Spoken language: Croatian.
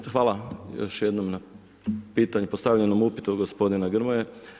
Evo, hvala još jednom na postavljenom upitu od gospodina Grmoje.